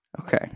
Okay